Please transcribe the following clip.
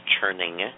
churning